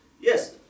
Yes